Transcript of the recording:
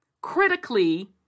critically